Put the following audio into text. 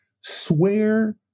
swear